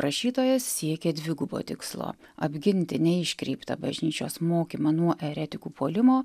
rašytojas siekė dvigubo tikslo apginti neiškreiptą bažnyčios mokymą nuo eretikų puolimo